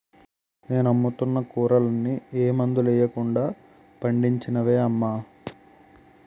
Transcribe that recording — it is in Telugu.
నేను అమ్ముతున్న కూరలన్నీ ఏ మందులెయ్యకుండా పండించినవే అమ్మా